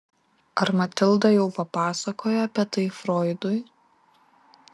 ar matilda jau papasakojo apie tai froidui